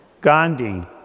Gandhi